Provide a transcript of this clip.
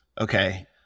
Okay